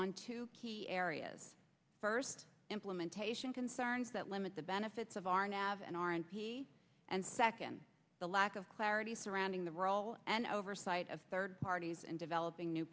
on two key areas first implementation concerns that limit the benefits of arnav and r and d and second the lack of clarity surrounding the role and oversight of third parties in developing new